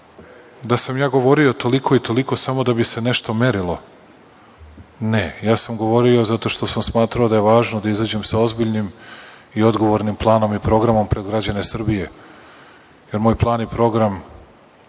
da sam ja govorio toliko i toliko samo da bi se nešto merilo. Ne, ja sam govorio zato što sam smatrao da je važno da izađem sa ozbiljnim i odgovornim planom i programom pred građane Srbije, jer moj plan i program